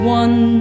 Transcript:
one